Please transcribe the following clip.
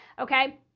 okay